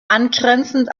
angrenzend